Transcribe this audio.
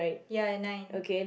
ya nine